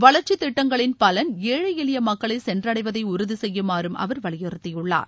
வளர்ச்சித்திட்டங்களின் பலன் ஏழை எளிய மக்களை சென்றடைவதை உறுதி செய்யுமாறும் அவர் வலியறுத்தியுள்ளார்